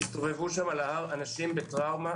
הסתובבו על הר מירון אנשים בטראומה